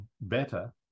better